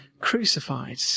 crucified